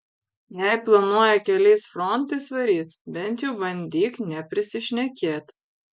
jei planuoji keliais frontais varyt bent jau bandyk neprisišnekėt